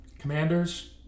Commanders